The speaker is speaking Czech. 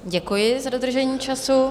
Děkuji za dodržení času.